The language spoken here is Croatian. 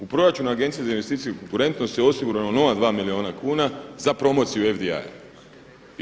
U proračunu Agencije za investicije i konkurentnost je osigurano nova 2 milijuna kuna za promociju FDI-a.